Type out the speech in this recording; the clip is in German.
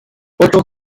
otto